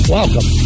welcome